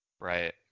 Right